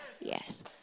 Yes